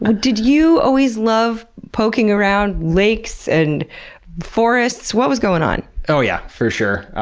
ah did you always love poking around lakes and forests? what was going on? oh yeah, for sure.